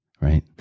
right